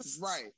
Right